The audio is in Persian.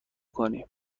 کنیم